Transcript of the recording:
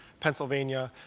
pennsylvania,